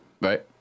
Right